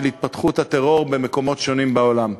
של התפתחות הטרור במקומות שונים בעולם.